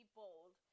bold